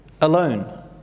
alone